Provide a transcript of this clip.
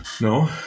No